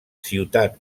ciutat